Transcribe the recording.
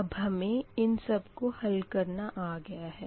अब हमें इन सबको हल करना आ गया है